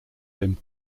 him